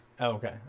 okay